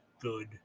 good